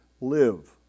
live